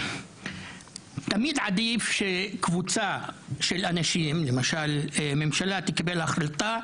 תמיד עדיף שקבוצה של אנשים - למשל ממשלה - תקבל החלטה,